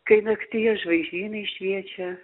kai naktyje žvaigždynai šviečia